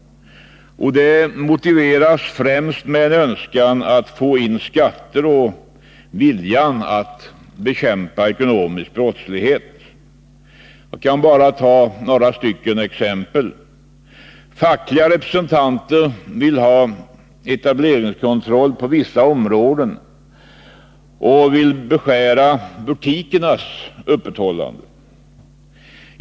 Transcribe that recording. Detta motiveras främst med önskan att få in skatter och viljan att bekämpa ekonomisk brottslighet. Jag kan ta några exempel. Fackliga representanter vill ha etableringskontroll på vissa områden och vill beskära butikernas öppethållande.